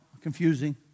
Confusing